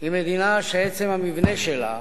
היא מדינה שעצם המבנה שלה